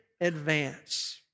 advance